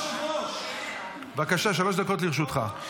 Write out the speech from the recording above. בבקשה, שלוש דקות לרשותך.